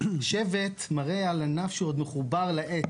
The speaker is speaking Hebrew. שבט מראה על ענף שעוד מחובר לעץ.